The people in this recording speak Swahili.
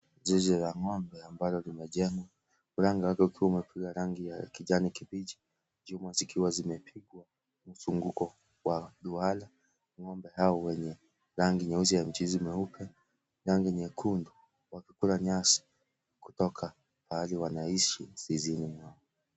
Zizi la ng'ombe ambalo limejengwa mlango wake ukiwa umepigwa rangi ya kijani kibichi, chuma zikiwa zimepigwa mzunguko wa duara ng'ombe hao wenye rangi nyeusi yenye michirizi meupe rangi nyekundu wakikula nyasi kutoka mahali wanaishi zizini mwao.